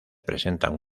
presentan